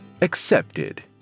Accepted